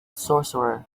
sorcerer